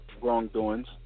wrongdoings